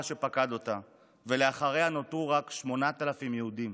שפקד אותה ואחריו נותרו רק 8,000 יהודים,